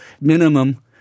minimum